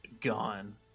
gone